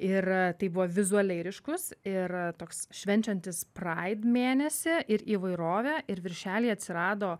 ir tai buvo vizualiai ryškus ir toks švenčiantis praid mėnesį ir įvairovę ir viršelyje atsirado